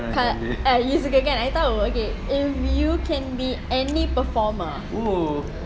kan eh you suka kan I tahu okay if you can be any performer